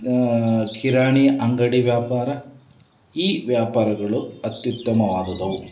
ಕಿರಾಣಿ ಅಂಗಡಿ ವ್ಯಾಪಾರ ಈ ವ್ಯಾಪಾರಗಳು ಅತ್ಯುತ್ತಮವಾದವು